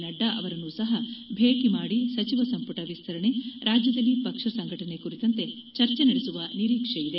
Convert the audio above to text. ನಡ್ಡಾ ಅವರನ್ನು ಸಹ ಭೇಟಿ ಮಾಡಿ ಸಚಿವ ಸಂಪುಟ ವಿಸ್ತರಣೆ ರಾಜ್ವದಲ್ಲಿ ಪಕ್ಷ ಸಂಘಟನೆ ಕುರಿತಂತೆ ಚರ್ಚೆ ನಡೆಸುವ ನಿರೀಕ್ಷೆಯಿದೆ